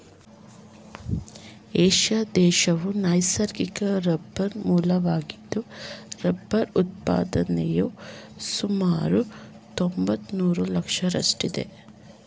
Asia ದೇಶವು ನೈಸರ್ಗಿಕ ರಬ್ಬರ್ನ ಮೂಲವಾಗಿದ್ದು ರಬ್ಬರ್ ಉತ್ಪಾದನೆಯು ಸುಮಾರು ತೊಂಬತ್ನಾಲ್ಕರಷ್ಟಿದೆ